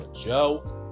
Joe